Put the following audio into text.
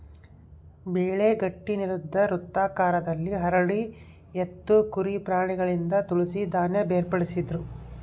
ಬೆಳೆ ಗಟ್ಟಿನೆಲುದ್ ವೃತ್ತಾಕಾರದಲ್ಲಿ ಹರಡಿ ಎತ್ತು ಕುರಿ ಪ್ರಾಣಿಗಳಿಂದ ತುಳಿಸಿ ಧಾನ್ಯ ಬೇರ್ಪಡಿಸ್ತಿದ್ರು